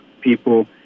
people